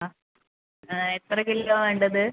ആ എത്ര കിലോയാണ് വേണ്ടത്